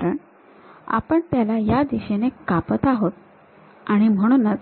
कारण आपण त्याला या दिशेने कापत आहोत आणि म्हणूनच